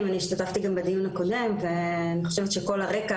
השתתפתי גם בדיון הקודם ואני חושבת שכל הרקע